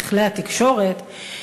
בכלי התקשורת,